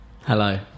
Hello